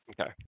Okay